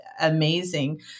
amazing